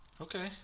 okay